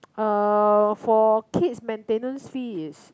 uh for kids maintenance fee is